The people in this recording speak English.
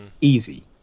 easy